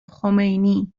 خمینی